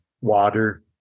water